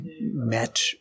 met